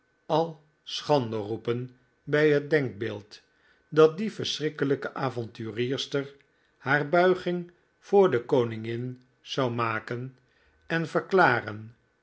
al schande roepen bij het denkbeeld dat die verschrikkelijke avonturiersters haar buiging voor de koningin zou maken en verklaren